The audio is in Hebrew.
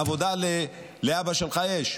עבודה לאבא שלך יש?